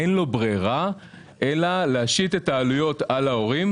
אין לו ברירה אלא להשית את העלויות על ההורים.